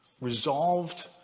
resolved